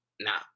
nah